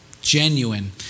genuine